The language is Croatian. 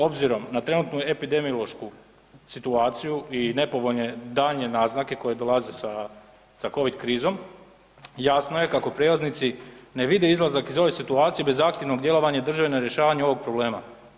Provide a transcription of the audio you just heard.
Obzirom na trenutnu epidemiološku situaciju i nepovoljne davanje naznake koje dolaze sa covid krizom jasno je kako prijevoznici ne vide izlazak iz ove situacije bez aktivnog djelovanja države na rješavanju ovog problema.